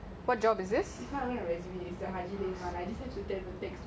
what job is this